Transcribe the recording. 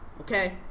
Okay